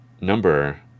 number